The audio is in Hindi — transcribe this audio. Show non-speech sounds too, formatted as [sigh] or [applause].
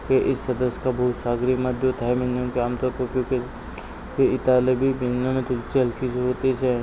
के इस सदस्य का भूसागरीय मध्य और थाई व्यंजनों पे आमतौर पर उपयोग किया [unintelligible] ये इतालबी व्यंजनों में तुलसी हल्की सी होती है जैसे